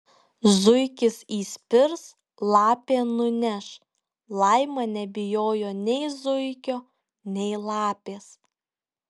zuikis įspirs lapė nuneš laima nebijojo nei zuikio nei lapės